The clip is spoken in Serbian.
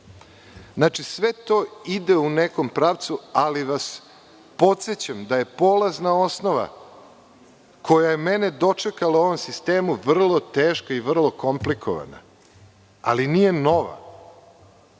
Znači, sve to ide u nekom pravcu, ali vas podsećam da je polazna osnova koja je mene dočekala u ovom sistemu vrlo teška i vrlo komplikovana, ali nije nova.